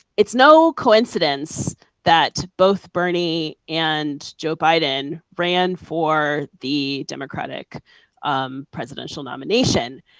it's no coincidence that both bernie and joe biden ran for the democratic um presidential nomination.